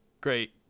great